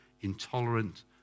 intolerant